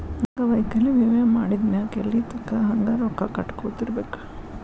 ಅಂಗವೈಕಲ್ಯ ವಿಮೆ ಮಾಡಿದ್ಮ್ಯಾಕ್ ಎಲ್ಲಿತಂಕಾ ಹಂಗ ರೊಕ್ಕಾ ಕಟ್ಕೊತಿರ್ಬೇಕ್?